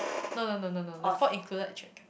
no no no no the four included